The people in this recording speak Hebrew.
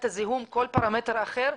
את הזיהום וכל פרמטר אחר.